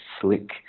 slick